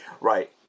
Right